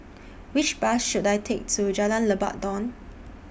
Which Bus should I Take to Jalan Lebat Daun